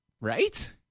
right